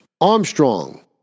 Armstrong